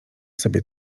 sobie